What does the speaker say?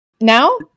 now